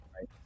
Right